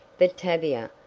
but tavia,